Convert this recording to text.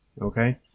Okay